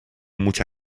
mucha